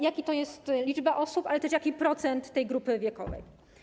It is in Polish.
Jaka to liczba osób, ale też jaki to procent tej grupy wiekowej?